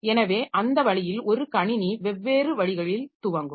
எனவே அந்த வழியில் ஒரு கணினி வெவ்வேறு வழிகளில் துவங்கும்